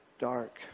dark